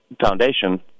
foundation